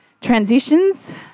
transitions